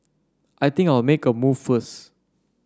I think I'll make a move first